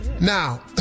Now